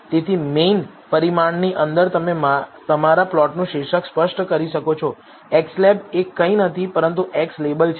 તેથી મેઇન પરિમાણની અંદર તમે તમારા પ્લોટનું શીર્ષક સ્પષ્ટ કરી શકો છો xlab એ કંઈ નથી પરંતુ x લેબલ છે